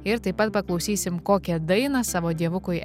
ir taip pat paklausysim kokią dainą savo dievukui